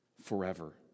forever